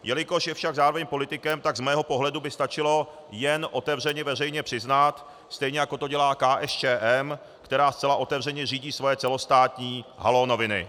Jelikož je však zároveň politikem, tak z mého pohledu by stačilo jen otevřeně veřejně přiznat, stejně jako to dělá KSČM, která zcela otevřeně řídí svoje celostátní Haló noviny.